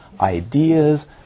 ideas